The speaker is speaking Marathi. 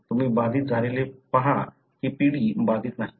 तुम्ही बाधित झालेले पाहा ही पिढी बाधित नाही